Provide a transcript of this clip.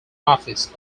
office